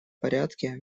порядке